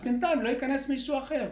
אז בינתיים לא ייכנס מישהו אחר.